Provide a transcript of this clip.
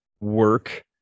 work